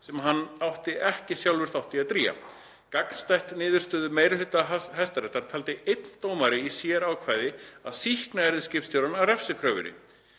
sem hann átti ekki sjálfur þátt í að drýgja. Gagnstætt niðurstöðu meiri hluta Hæstaréttar taldi einn dómari í sératkvæði að sýkna yrði skipstjórann af refsikröfunni.